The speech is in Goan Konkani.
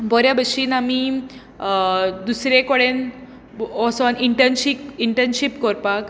बऱ्या भाशेन आमी दुसरे कडेन वचून इंटनशीक इंटनशीप करपाक